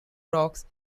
rocks